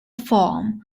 form